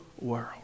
world